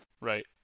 right